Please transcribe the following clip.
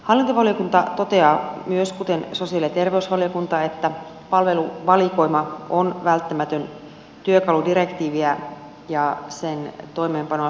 hallintovaliokunta toteaa myös kuten sosiaali ja terveysvaliokunta että palveluvalikoima on välttämätön työkalu direktiiviä ja sen toimeenpanoa suunniteltaessa